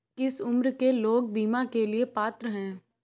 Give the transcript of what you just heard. किस उम्र के लोग बीमा के लिए पात्र हैं?